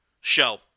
Show